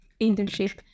internship